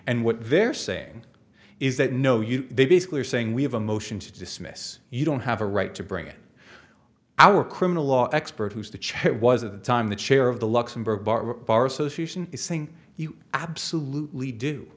and what they're saying is that no you they basically are saying we have a motion to dismiss you don't have a right to bring it our criminal law expert who's the chair was at the time the chair of the luxembourg bar association is saying you absolutely do